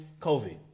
covid